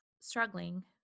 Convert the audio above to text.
struggling